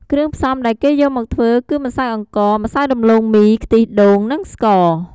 គ្រឿងផ្សំដែលគេយកមកធ្វើគឺម្សៅអង្ករ ម្សៅដំឡូងមី ខ្ទិះដូង និងស្ករ។